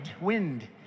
wind